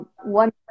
One